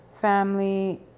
family